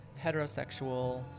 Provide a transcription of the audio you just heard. heterosexual